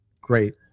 Great